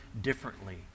differently